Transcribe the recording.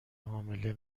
حامله